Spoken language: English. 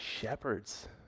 Shepherds